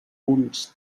punts